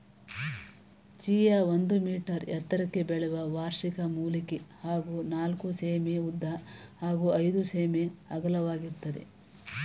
chia ಒಂದು metre ಎತ್ತರಕ್ಕೆ ಬೆಳೆಯುವ ವಾರ್ಷಿಕ ಮೂಲಿಕೆ ಹಾಗೂ ನಾಲ್ಕು ಸೆ.ಮೀ ಉದ್ದ ಹಾಗೂ ಐದು ಸೆ.ಮೀ ಅಗಲವಾಗಿರ್ತದೆ